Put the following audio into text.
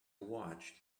watched